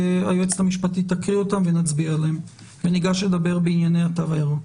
היועצת המשפטית תקריא אותן ונצביע עליהן וניגש לדבר בענייני התו הירוק.